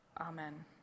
Amen